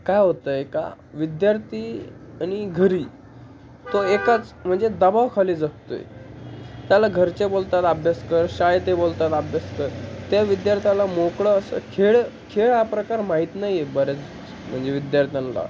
काय होतं आहे का विद्यार्थी आणि घरी तो एकाच म्हणजे दबावखाली जगतो आहे त्याला घरचे बोलतात अभ्यास कर शाळेतही बोलतात अभ्यास कर त्या विद्यार्थ्यांला मोकळं असं खेळ खेळ हा प्रकार माहीत नाही आहे बरेच म्हणजे विद्यार्थ्यांला